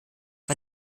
war